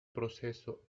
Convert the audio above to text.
proceso